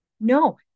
no